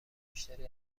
بیشتری